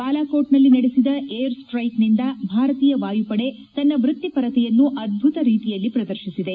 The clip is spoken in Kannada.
ಬಾಲಕೋಟ್ನಲ್ಲಿ ನಡೆಸಿದ ಏರ್ ಸ್ಟೈಕ್ನಿಂದ ಭಾರತೀಯ ವಾಯುಪಡೆ ತನ್ನ ವೃತ್ತಿಪರತೆಯನ್ನು ಅದ್ದುತ ರೀತಿಯಲ್ಲಿ ಪ್ರದರ್ತಿಸಿದೆ